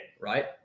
Right